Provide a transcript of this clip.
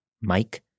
Mike